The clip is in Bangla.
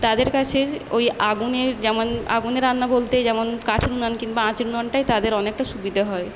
তাদের কাছে ওই আগুনের যেমন আগুনে রান্না বলতে যেমন কাঠের উনান কিংবা আঁচের উননটাই তাদের অনেকটা সুবিধে হয়